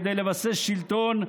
כדי לבסס שלטון,